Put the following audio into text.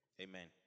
Amen